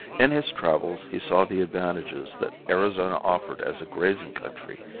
in his travels he saw the advantages that arizona offered as a grazing country,